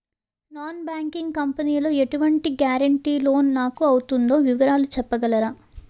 Non banking company లో ఎటువంటి guarantee loan నాకు అవుతుందో వివరాలు చెప్పగలరా?